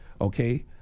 okay